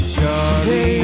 Charlie